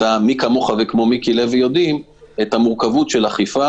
ומי כמוך וכמו מיקי לוי מכירים את המורכבות של אכיפה